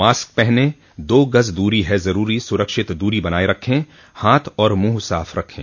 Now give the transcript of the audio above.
mask पहनें दो गज़ दूरी है ज़रूरी सुरक्षित दूरी बनाए रखें हाथ और मुंह साफ़ रखें